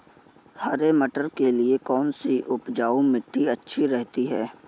हरे मटर के लिए कौन सी उपजाऊ मिट्टी अच्छी रहती है?